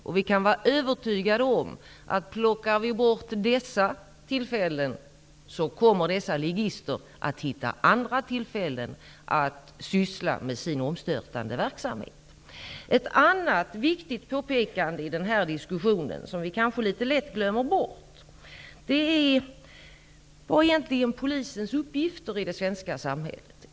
Om vi plockar bort dessa tillfällen kan vi vara övertygade om att dessa ligister kommer att hitta andra tillfällen för att syssla med sin omstörtande verksamhet. Ett annat viktigt påpekande i den här diskussionen, som vi kanske lätt glömmer bort, är vilka polisens uppgifter egentligen är i det svenska samhället.